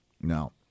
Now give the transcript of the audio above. Now